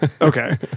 Okay